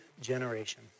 generation